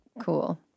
Cool